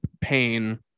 pain